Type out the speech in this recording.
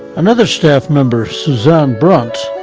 another staff member susan brant,